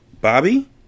Bobby